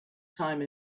time